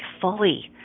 fully